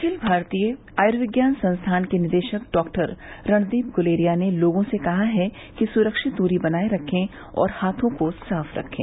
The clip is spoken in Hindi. अखिल भारतीय आयुर्विज्ञान संस्थान के निदेशक डॉ रणदीप गुलेरिया ने लोगों से कहा कि सुरक्षित दूरी बनाए रखें और हाथों को साफ रखें